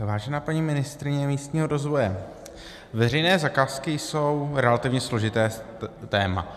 Vážená paní ministryně místního rozvoje, veřejné zakázky jsou relativně složité téma.